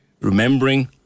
remembering